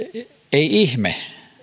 ei ihme